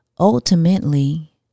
ultimately